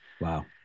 Wow